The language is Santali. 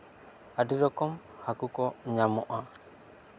ᱟᱹᱰᱤ ᱨᱚᱠᱚᱢ ᱦᱟᱹᱠᱩ ᱠᱚ ᱧᱟᱢᱚᱜᱼᱟ